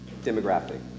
Demographic